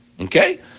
Okay